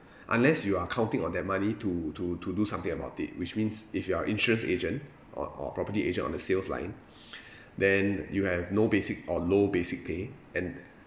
unless you are counting on that money to to to do something about it which means if you are a insurance agent or or property agent on the sales line then you have no basic or low basic pay and